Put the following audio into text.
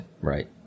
Right